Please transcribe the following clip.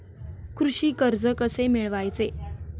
कृषी कर्ज कसे मिळवायचे?